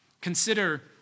Consider